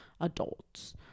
adults